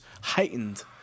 heightened